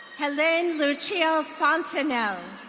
helen lucio-fontanelle.